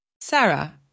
Sarah